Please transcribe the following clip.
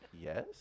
Yes